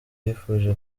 bifuje